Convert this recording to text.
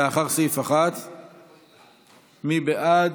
אחרי סעיף 1. מי בעד?